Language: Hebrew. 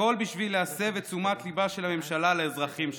הכול בשביל להסב את תשומת ליבה של הממשלה לאזרחים שם,